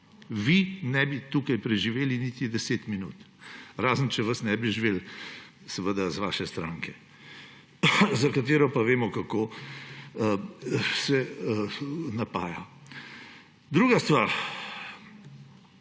Vi ne bi tukaj preživeli niti 10 minut, razen če vas ne bi živeli seveda iz vaše stranke, za katero pa vemo, kako se napaja. Druga stvar.